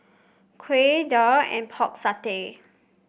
Kuih Daal and Pork Satay